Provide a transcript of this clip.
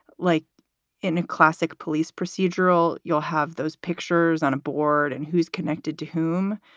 like in a classic police procedural. you'll have those pictures on a board and who's connected to whom?